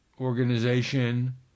organization